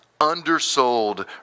undersold